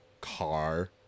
car